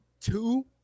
two